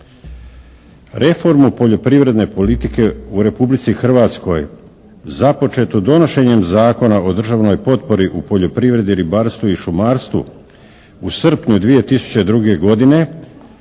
Reformu poljoprivredne politike u Republici Hrvatskoj započetu donošenjem Zakona o državnoj potpori u poljoprivredi, ribarstvu i šumarstvu, u srpnju 2002. godine